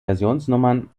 versionsnummern